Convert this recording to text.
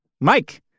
Mike